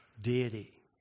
deity